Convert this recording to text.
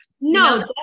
no